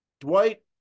Dwight